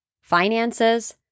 finances